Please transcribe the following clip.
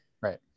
Right